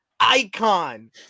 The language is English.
icon